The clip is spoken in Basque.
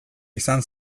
izan